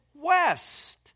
west